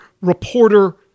reporter